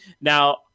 Now